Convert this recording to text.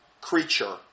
creature